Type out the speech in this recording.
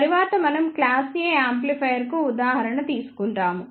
తరువాత మనం class A యాంప్లిఫైయర్లకు ఉదాహరణ తీసుకుంటాము